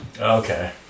Okay